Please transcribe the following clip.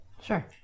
Sure